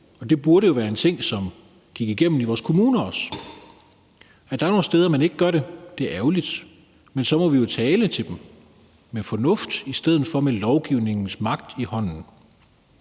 og det burde være en ting, som var gennemgående i vores kommuner også. At der er nogle steder, hvor man ikke gør det sådan, er ærgerligt, men så må vi jo tale til dem med fornuft i stedet for med lovgivningens magt i hånden.